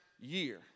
year